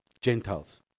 Gentiles